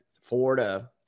Florida